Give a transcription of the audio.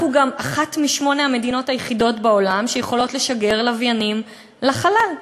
אנחנו גם אחת משמונה המדינות היחידות בעולם שיכולות לשגר לוויינים לחלל,